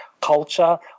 culture